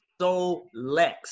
Solex